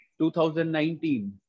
2019